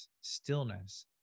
stillness